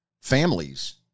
families